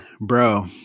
bro